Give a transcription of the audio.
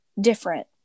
different